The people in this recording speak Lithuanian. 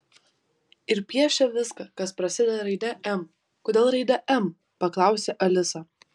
ir piešė viską kas prasideda raide m kodėl raide m paklausė alisa